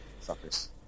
Suckers